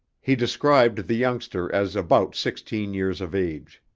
he described the youngster as about sixteen years of age.